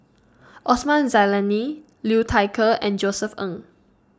Osman Zailani Liu Thai Ker and Josef Ng